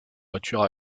voiture